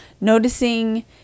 noticing